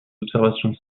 observations